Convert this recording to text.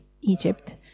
Egypt